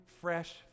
fresh